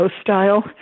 style